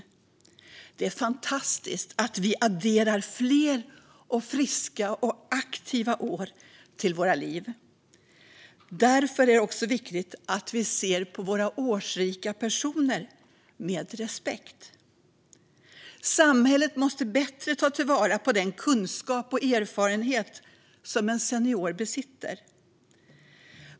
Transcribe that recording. Det är fantastiskt att vi adderar fler friska och aktiva år till våra liv. Därför är det också viktigt att vi ser på våra årsrika personer med respekt. Samhället måste bättre ta vara på den kunskap och erfarenhet som en senior besitter.